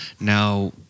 Now